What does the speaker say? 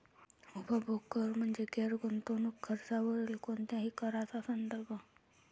उपभोग कर म्हणजे गैर गुंतवणूक खर्चावरील कोणत्याही कराचा संदर्भ